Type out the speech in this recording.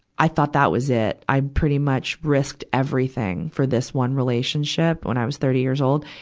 i thought that was it. i pretty much risked everything for this one relationship when i was thirty years old.